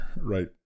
right